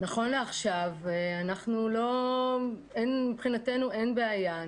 נכון לעכשיו, מבחינתנו אין בעיה.